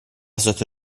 sotto